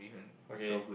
okay